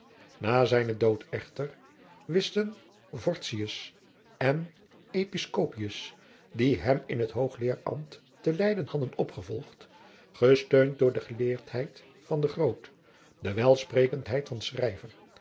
na zijnen dood echter wisten vorstius en episcopius die hem in t hoogleeraarambt te leyden hadden opgevolgd gesteund door de geleerdheid van de groot de welsprekendheid van schryver